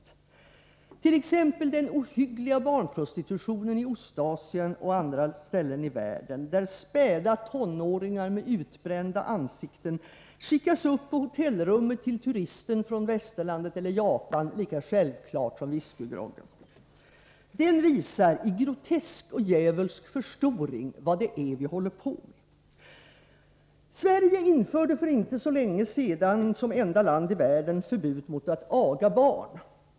Ta t.ex. den ohyggliga barnprostitutionen i Ostasien och på andra ställen i världen, där späda tonåringar med utbrända ansikten skickas upp på hotellrummet, lika självklart som whiskygroggen, till turisten från Västerlandet eller Japan. Den visar i grotesk och djävulsk förstoring vad det är vi håller på med. Sverige införde för inte så länge sedan som enda land i världen förbud mot att aga barn.